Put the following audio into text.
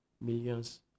millions